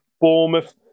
Bournemouth